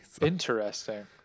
Interesting